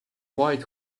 white